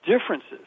differences